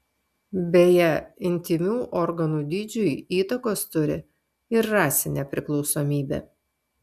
beje intymių organų dydžiui įtakos turi ir rasinė priklausomybė